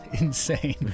Insane